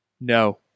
No